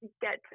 get